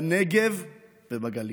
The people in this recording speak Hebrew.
בנגב ובגליל.